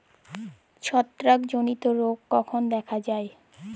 ছত্রাক জনিত রোগ কখন দেখা য়ায়?